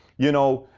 you know,